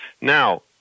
Now